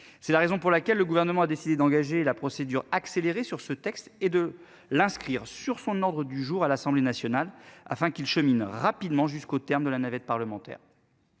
C'est la raison pour laquelle le gouvernement a décidé d'engager la procédure accélérée sur ce texte et de l'inscrire sur son ordre du jour à l'Assemblée nationale afin qu'il chemine rapidement jusqu'au terme de la navette parlementaire.